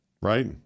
right